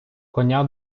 коня